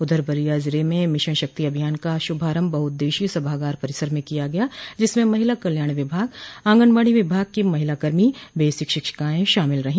उधर बलिया जिले में मिशन शक्ति अभियान का शुभारम्भ बहुउद्देशीय सभागार परिसर में किया गया जिसमें महिला कल्याण विभाग ऑगनबाड़ी विभाग की महिला कर्मी बेसिक शिक्षिकायें आदि शामिल रहीं